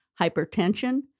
hypertension